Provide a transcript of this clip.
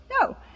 No